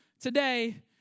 today